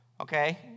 Okay